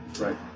Right